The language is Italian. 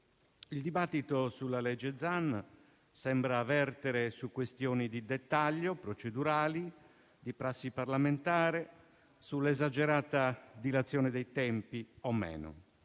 Il dibattito sul disegno di legge Zan sembra vertere su questioni di dettaglio, procedurali, di prassi parlamentare, sull'esagerata dilazione dei tempi o meno.